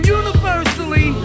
universally